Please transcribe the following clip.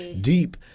Deep